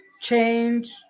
change